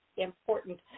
Important